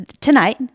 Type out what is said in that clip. tonight